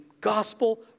gospel